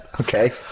Okay